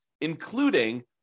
including